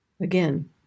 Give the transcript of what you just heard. Again